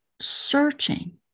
searching